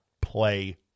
play